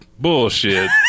bullshit